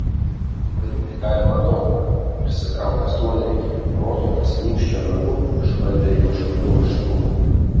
manyti galima daug ką prisitraukęs duonriekį rotautas nykščio nagu išbandė jo ašmenų aštrumą